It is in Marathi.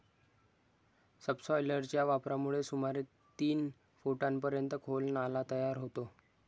सबसॉयलरच्या वापरामुळे सुमारे तीन फुटांपर्यंत खोल नाला तयार होतो